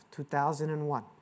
2001